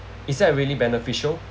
is that really beneficial